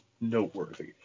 noteworthy